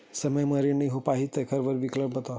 समय म ऋण नइ हो पाहि त एखर का विकल्प हवय?